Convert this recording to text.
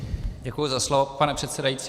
Děkuji za slovo, pane předsedající.